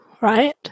right